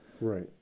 Right